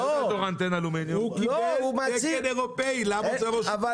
הוא קיבל תקן אירופאי, למה הוא צריך לעבור